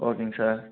ஓகேங்க சார்